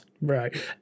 right